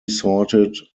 sorted